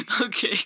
Okay